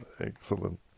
Excellent